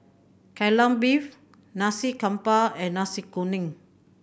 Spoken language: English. Kai Lan Beef Nasi Campur and Nasi Kuning